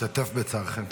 משתתף בצערכם.